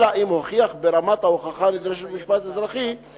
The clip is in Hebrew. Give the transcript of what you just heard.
אלא אם הוכיח ברמת ההוכחה הנדרשת במשפט אזרחי כי